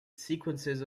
sequences